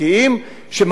שמפריע להם משהו.